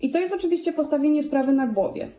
I to jest oczywiście postawieniem sprawy na głowie.